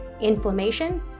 Inflammation